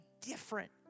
different